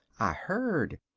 i heard.